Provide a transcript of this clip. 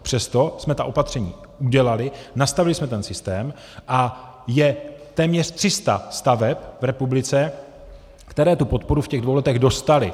Přesto jsme ta opatření udělali, nastavili jsme ten systém a je téměř 300 staveb v republice, které tu podporu v těch dvou letech dostaly.